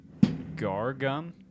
Gargum